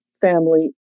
family